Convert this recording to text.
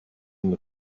und